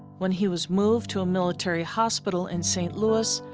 when he was moved to a military hospital in st. louis,